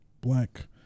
black